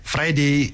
Friday